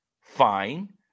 fine